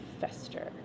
fester